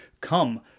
come